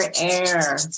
air